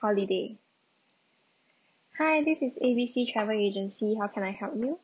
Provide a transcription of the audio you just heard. holiday hi this is A B C travel agency how can I help you